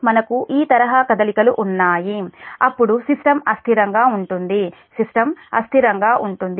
మనకు ఈ తరహా కదలికలు ఉన్నాయి అప్పుడు సిస్టమ్ అస్థిరంగా ఉంటుంది సిస్టమ్ అస్థిరంగా ఉంటుంది